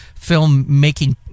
filmmaking